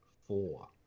four